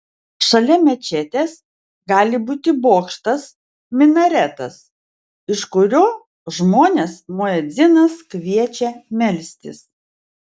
šalia mečetės gali būti bokštas minaretas iš kurio žmones muedzinas kviečia melstis